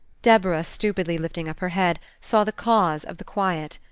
deborah, stupidly lifting up her head, saw the cause of the quiet.